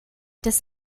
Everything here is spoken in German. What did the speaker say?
des